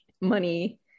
money